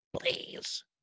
Please